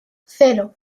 cero